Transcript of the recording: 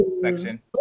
section